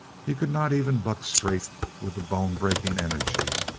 he could not even buck straight with the bone-breaking energy.